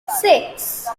six